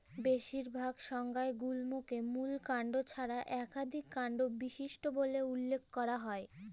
বেশিরভাগ সংজ্ঞায় গুল্মকে মূল কাণ্ড ছাড়া একাধিক কাণ্ড বিশিষ্ট বলে উল্লেখ করা হয়